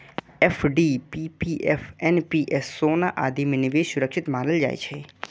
FD, PPF, NPS, सोना आदि मे निवेश सुरक्षित मानल जाइ छै